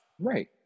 Right